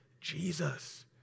Jesus